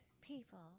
people